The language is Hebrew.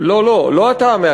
זה לא אני, לא, לא, לא אתה המעקל.